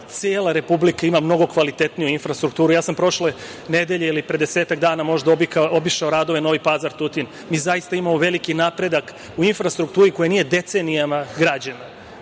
cela Republika ima mnogo kvalitetnije infrastrukture. Ja sam prošle nedelje ili pre desetak dana možda obišao radove Novi Pazar-Tutin. Mi zaista imamo veliki napredak u infrastrukturi koji nije decenijama građen. Znači,